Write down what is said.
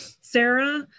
Sarah